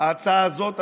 ההצעה הזאת,